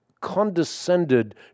condescended